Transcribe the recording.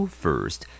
first